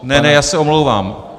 Ne, ne, já se omlouvám.